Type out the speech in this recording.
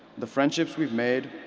the friendships we've made,